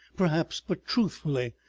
perhaps, but truthfully,